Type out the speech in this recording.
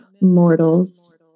mortals